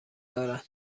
دارد